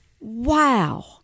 wow